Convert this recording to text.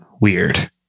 weird